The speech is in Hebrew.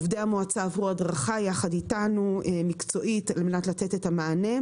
עובדי המועצה עברו הדרכה מקצועית יחד אתנו על מנת לתת את המענה,